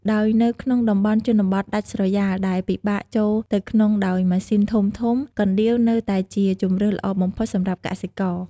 ដោយនៅក្នុងតំបន់ជនបទដាច់ស្រយាលដែលពិបាកចូលទៅដល់ដោយម៉ាស៊ីនធំៗ កណ្ដៀវនៅតែជាជម្រើសល្អបំផុតសម្រាប់កសិករ។